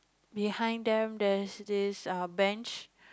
behind them there's this bench